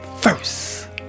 first